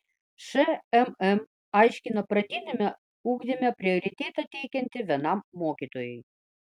šmm aiškina pradiniame ugdyme prioritetą teikianti vienam mokytojui